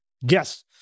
Yes